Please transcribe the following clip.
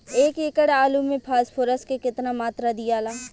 एक एकड़ आलू मे फास्फोरस के केतना मात्रा दियाला?